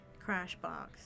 Crashbox